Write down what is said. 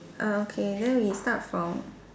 err okay then we start from